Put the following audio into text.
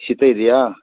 ಶೀತ ಇದೆಯಾ